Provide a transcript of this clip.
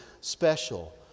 special